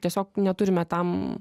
tiesiog neturime tam